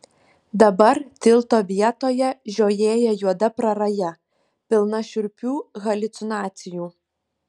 dabar tilto vietoje žiojėja juoda praraja pilna šiurpių haliucinacijų